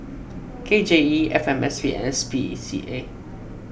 K J E F M S P and S P E C A